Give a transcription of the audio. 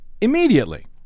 immediately